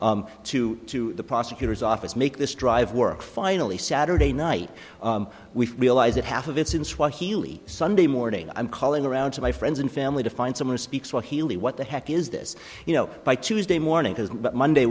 yelling to to the prosecutor's office make this drive work finally saturday night we realize that half of it's in swahili sunday morning i'm calling around to my friends and family to find someone to speak swahili what the heck is this you know by tuesday morning because monday